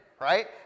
Right